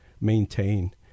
maintain